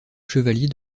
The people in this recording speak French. chevalier